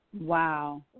Wow